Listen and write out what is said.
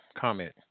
comment